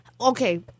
okay